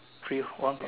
free one plus